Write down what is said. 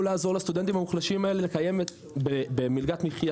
לעזור לסטודנטים המוחלשים האלה להתקיים במלגת מחייה.